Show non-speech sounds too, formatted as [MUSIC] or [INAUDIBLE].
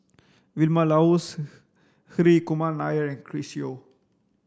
Vilma Laus [UNINTELLIGIBLE] Hri Kumar Nair and Chris Yeo